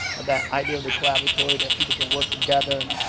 of that idea of the collaboratory that people can work together.